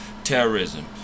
terrorism